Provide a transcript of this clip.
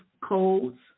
codes